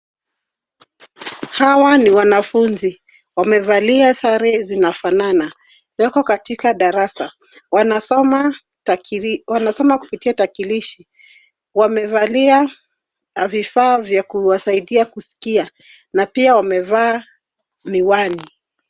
Hawa ni wanafunzi. Wamevalia sare zinafanana. Wako katika darasa. Wanasoma kupitia tarakilishi. Wamevalia vifaa vya kuwasaidia kusikia na pia wamevaa miwani.